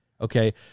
Okay